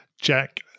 jack